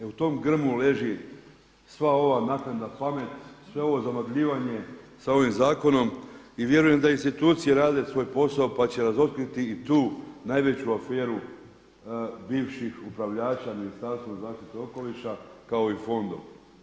E u tom grmu leži sva ova napredna pamet, sve ovo zamagljivanje s ovim zakonom i vjerujem da institucije rade svoj posao pa će razotkriti i tu najveću aferu bivših upravljača Ministarstva za zaštitu okoliša kao i fondom.